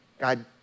God